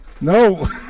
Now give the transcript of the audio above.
No